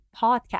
podcast